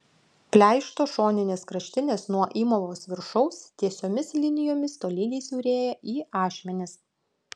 pleišto šoninės kraštinės nuo įmovos viršaus tiesiomis linijomis tolygiai siaurėja į ašmenis